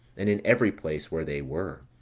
and in every place where they were